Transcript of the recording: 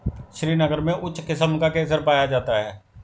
श्रीनगर में उच्च किस्म का केसर पाया जाता है